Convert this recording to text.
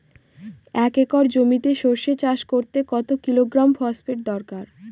এক একর জমিতে সরষে চাষ করতে কত কিলোগ্রাম ফসফেট দরকার?